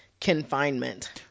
confinement